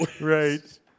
Right